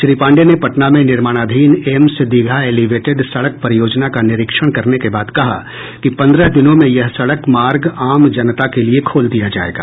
श्री पांडेय ने पटना में निर्माणाधीन एम्स दीघा एलीवेटेड सड़क परियोजना का निरीक्षण करने के बाद कहा कि पंद्रह दिनों में यह सड़क मार्ग आम जनता के लिये खोल दिया जायेगा